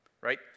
right